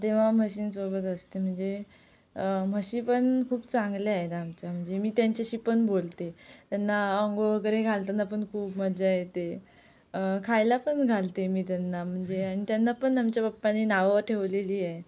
तेव्हा म्हशींसोबत असते म्हणजे म्हशी पण खूप चांगल्या आहेत आमच्या म्हणजे मी त्यांचाशी पण बोलते त्यांना अंघोळ वगैरे घालताना पण खूप मजा येते खायला पण घालते मी त्यांना म्हणजे आणि त्यांना पण आमच्या पप्पांनी नावं ठेवलेली आहेत